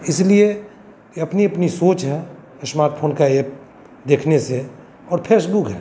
इसलिए यह अपनी अपनी सोच है इश्मार्टफोन का एप देखने से और फेसबुक है